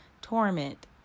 torment